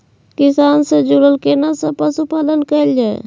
किसान से जुरल केना सब पशुपालन कैल जाय?